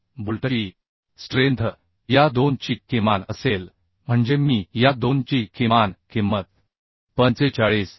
तर बोल्टची स्ट्रेंथ या 2 ची किमान असेल म्हणजे मी या 2 ची किमान किंमत 45